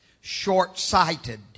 short-sighted